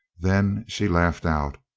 then she laughed out.